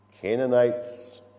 Canaanites